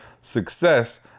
SUCCESS